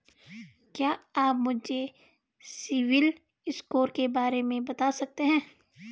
क्या आप मुझे सिबिल स्कोर के बारे में बता सकते हैं?